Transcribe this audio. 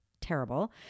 terrible